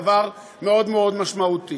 דבר מאוד מאוד משמעותי.